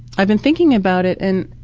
i've been thinking about it and